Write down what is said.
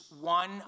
one